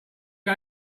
you